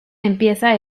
empieza